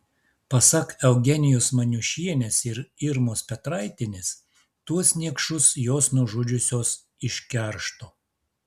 pasak eugenijos maniušienės ir irmos petraitienės tuos niekšus jos nužudžiusios iš keršto